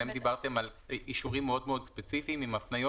אתם דיברתם על אישורים מאוד מאוד ספציפיים עם הפניות